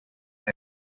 edad